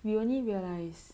we only realise